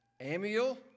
Amiel